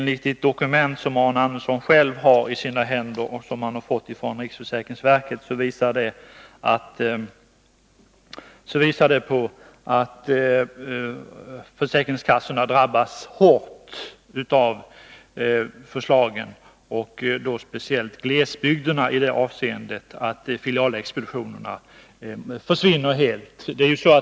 Det dokument som Arne Andersson har i sin hand och som han fått från riksförsäkringsverket visar att försäkringskassorna drabbas hårt av förslagen. Detta gäller speciellt glesbygderna, i det avseendet att filialexpeditionerna helt försvinner.